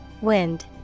Wind